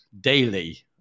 daily